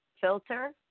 filter